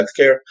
healthcare